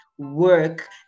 work